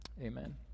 amen